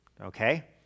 okay